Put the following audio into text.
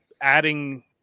adding